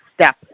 step